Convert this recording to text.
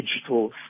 digital